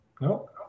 No